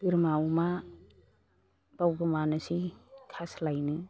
बोरमा अमा बावगोमानोसै खास्लायनो